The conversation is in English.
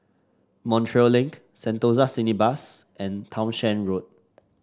Montreal Link Sentosa Cineblast and Townshend Road